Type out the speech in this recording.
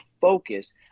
focus –